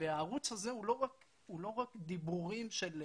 והערוץ הזה הוא לא רק דיבורים של תורה,